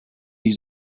die